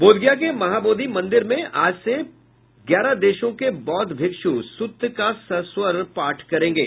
बोधगया के महाबोधि मंदिर में आज से बोधगया में ग्यारह देशों के बौद्ध भिक्षु सुत्त का सस्वर पाठ करेंगे